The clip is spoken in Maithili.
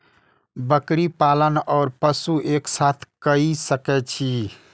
बकरी पालन ओर पशु एक साथ कई सके छी?